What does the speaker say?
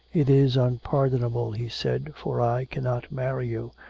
it is unpardonable he said, for i cannot marry you.